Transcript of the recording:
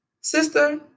Sister